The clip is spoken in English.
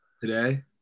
Today